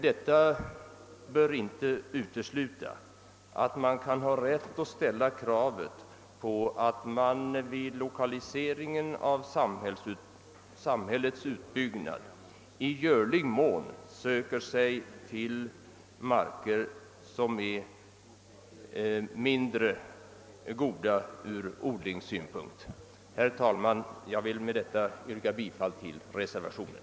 Detta bör emellertid inte utesluta att man har rätt att ställa kravet att 1okaliseringen av samhällets utbyggnad i görligaste mån skall ske på mark som är mindre god från odlingssynpunkt. Herr talman! Jag vill härmed yrka bifall till reservationen.